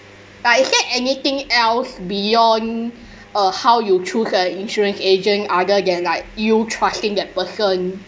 like is there anything else beyond uh how you choose your insurance agent other than like you trusting that person